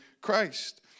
Christ